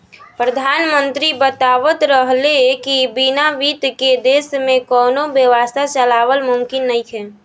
प्रधानमंत्री बतावत रहले की बिना बित्त के देश में कौनो व्यवस्था चलावल मुमकिन नइखे